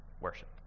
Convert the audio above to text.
worship